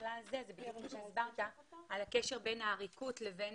ובכלל זה כל מה שאמרת על הקשר בין העריקות לבין